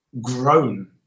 grown